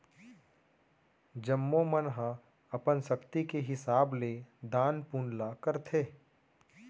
जम्मो मन ह अपन सक्ति के हिसाब ले दान पून ल करथे